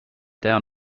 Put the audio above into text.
down